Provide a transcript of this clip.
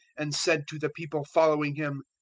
and said to the people following him,